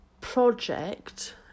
project